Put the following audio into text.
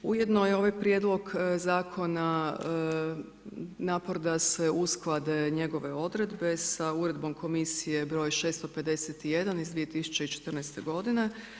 Ujedno je ovaj prijedlog zakona napor da se usklade njegove odredbe sa Uredbom Komisije broj 651. iz 2014. godine.